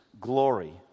glory